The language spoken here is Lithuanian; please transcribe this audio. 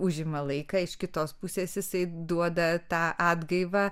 užima laiką iš kitos pusės jisai duoda tą atgaivą